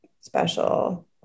special